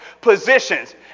positions